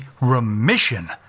remission